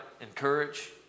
Encourage